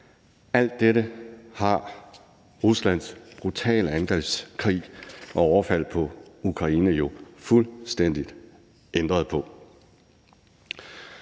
Alt dette har Ruslands brutale angrebskrig og overfald på Ukraine jo fuldstændig ændret på.